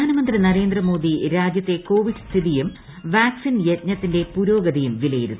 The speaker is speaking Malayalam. പ്രധാനമന്ത്രി നരേന്ദ്ര മോദി രാജ്യത്തെ കോവിഡ് സ്ഥിതിയും വാക്സിൻ യജ്ഞത്തിന്റെ പുരോഗതിയും വിലയിരുത്തി